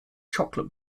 chocolate